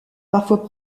parfois